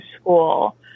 school